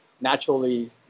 naturally